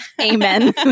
Amen